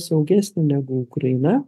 saugesnė negu ukraina